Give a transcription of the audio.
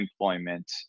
employment